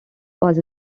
was